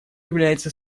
является